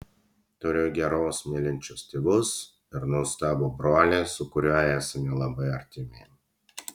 turiu gerus mylinčius tėvus ir nuostabų brolį su kuriuo esame labai artimi